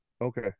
Okay